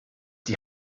die